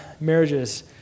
marriages